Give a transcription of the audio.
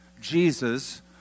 Jesus